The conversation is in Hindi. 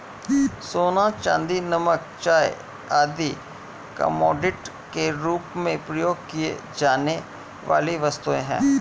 सोना, चांदी, नमक, चाय आदि कमोडिटी के रूप में प्रयोग की जाने वाली वस्तुएँ हैं